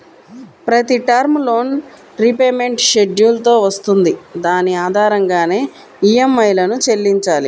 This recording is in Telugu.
ప్రతి టర్మ్ లోన్ రీపేమెంట్ షెడ్యూల్ తో వస్తుంది దాని ఆధారంగానే ఈఎంఐలను చెల్లించాలి